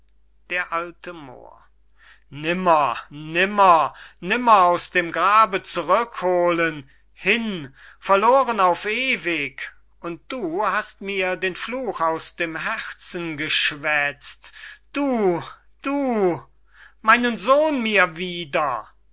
d a moor nimmer nimmer nimmer aus dem grabe zurückholen hin verloren auf ewig und du hast mir den fluch aus dem herzen geschwäzt du du meinen sohn mir wieder